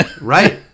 Right